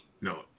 No